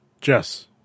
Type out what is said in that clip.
Jess